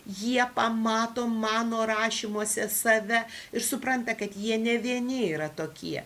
jie pamato mano rašymuose save ir supranta kad jie ne vieni yra tokie